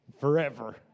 forever